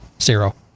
Zero